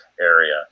area